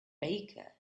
baker